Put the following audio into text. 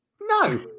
No